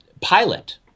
pilot